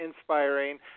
inspiring